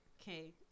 Okay